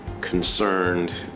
concerned